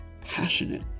passionate